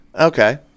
okay